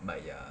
but ya